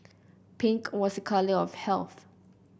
pink was a colour of health